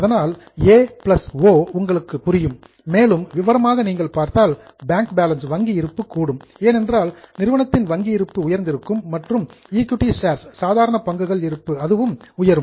அதனால் ஏ ஓ உங்களுக்கு புரியும் மேலும் விவரமாக நீங்கள் பார்த்தால் பேங்க் பேலன்ஸ் வங்கி இருப்பு கூடும் ஏனென்றால் நிறுவனத்தின் வங்கி இருப்பு உயர்ந்திருக்கும் மற்றும் ஈக்விட்டி ஷேர்ஸ் சாதாரண பங்குகள் இருப்பு அதுவும் உயரும்